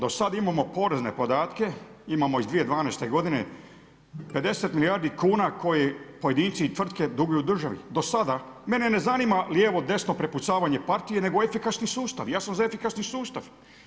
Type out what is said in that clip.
Do sada imamo porezne podatke, imamo iz 2012.-te godine 50 milijardi kuna koje pojedinci i tvrtke duguju državi, do sada, mene ne zanima lijevo, desno, prepucavanje partije, nego efikasni sustav, ja sam za efikasni sustav.